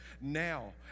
now